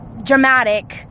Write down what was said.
dramatic